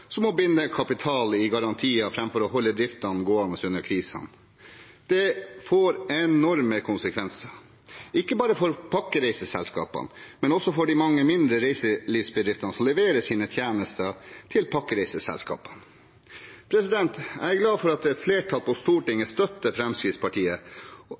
som må binde kapital i garantier framfor å holde driften gående under krisen. Det får enorme konsekvenser – ikke bare for pakkereiseselskapene, men også for de mange mindre reiselivsbedriftene som leverer sine tjenester til pakkereiseselskapene. Jeg er glad for at et flertall på